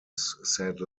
said